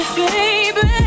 baby